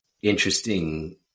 Interesting